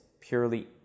purely